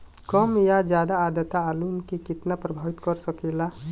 कम या ज्यादा आद्रता आलू के कितना प्रभावित कर सकेला?